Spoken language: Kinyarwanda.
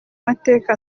mateka